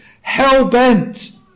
hell-bent